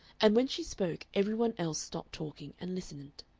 and when she spoke every one else stopped talking and listened.